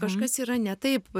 kažkas yra ne taip